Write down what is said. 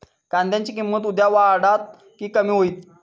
कांद्याची किंमत उद्या वाढात की कमी होईत?